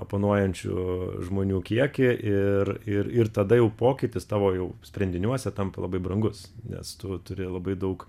oponuojančių žmonių kiekį ir ir ir tada jau pokytis tavo jau sprendiniuose tampa labai brangus nes tu turi labai daug